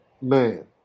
man